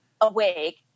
awake